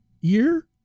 year